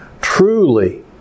Truly